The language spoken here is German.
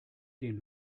den